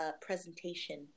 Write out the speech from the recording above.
presentation